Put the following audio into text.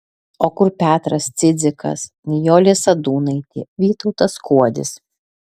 o kur petras cidzikas nijolė sadūnaitė vytautas skuodis